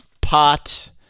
pot